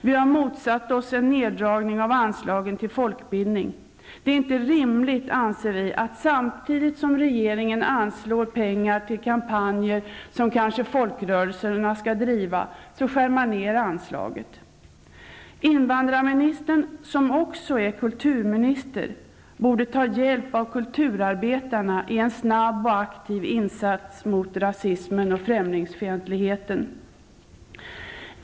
Vi har motsatt oss en neddragning av anslagen till folkbildning. Det är inte rimligt, anser vi, att samtidigt som regeringen anslår pengar till kampanjer som kanske folkrörelserna skall driva, skär man ner anslaget. Invandrarministern, som också är kulturminister, borde ta hjälp av kulturarbetarna i en snabb och aktiv insats mot rasismen och främlingsfientligheten.